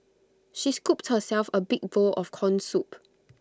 she scooped herself A big bowl of Corn Soup